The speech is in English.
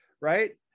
right